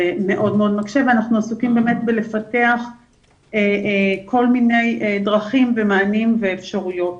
זה מאוד קשה ואנחנו עסוקים בלפתח כל מיני דרכים ומענים ואפשרויות.